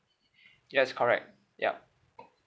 yes correct yup